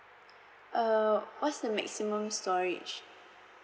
uh what's the maximum storage